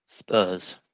Spurs